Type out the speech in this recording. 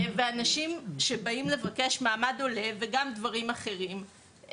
אנשים שמגיעים לבקש מעמד עולה וגם דברים אחרים,